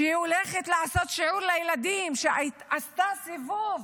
שהיא הולכת לעשות שיעור לילדים, שעשתה סיבוב,